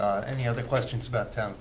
t any other questions about town